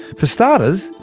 for starters,